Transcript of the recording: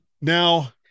Now